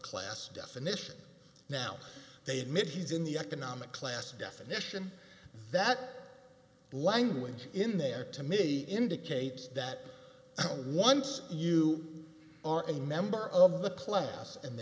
class definition now they admit he's in the economic class definition that language in there to me indicates that once you are a member of the class and they